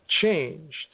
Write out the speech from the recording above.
changed